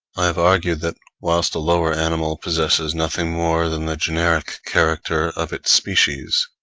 i have argued that whilst a lower animal possesses nothing more than the generic character of its species,